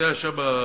של מי זה היה שם?